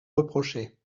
reprocher